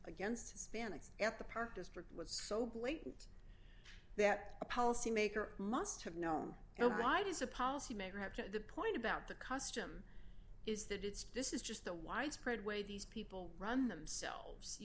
against hispanics at the park district was so blatant that a policy maker must have no right is a policy maker have to the point about the custom is that it's this is just the widespread way these people run themselves you